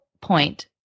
point